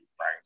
right